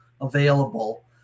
available